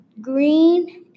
Green